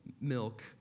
milk